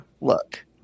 look